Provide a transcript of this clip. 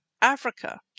Africa